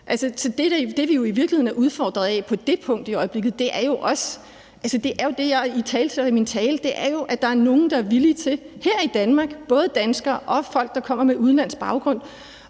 Det, vi i virkeligheden er udfordret af på det punkt i øjeblikket, er jo også det, jeg italesætter i min tale, nemlig at der er nogle, der er villige til her i Danmark, både danskere og folk, der kommer udenlandsk baggrund,